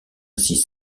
ainsi